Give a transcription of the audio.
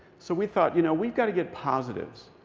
so we thought, you know, we've got to get positives.